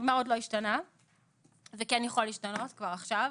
מה עוד לא השתנה וזה כן יכול להשתנות כבר עכשיו,